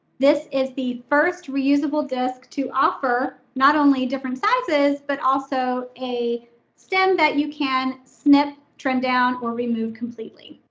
this is the first reusable disc to offer not only different sizes but also a stem that you can snip, trend down or remove completely.